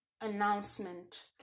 announcement